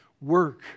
work